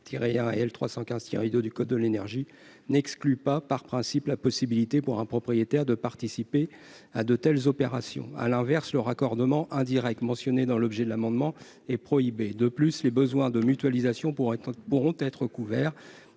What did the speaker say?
et L. 315-2 du code de l'énergie n'excluent pas par principe la possibilité pour un propriétaire de participer à de telles opérations. À l'inverse, le raccordement indirect, mentionné dans l'objet de l'amendement, est prohibé. De plus, les besoins de mutualisation pourront être couverts,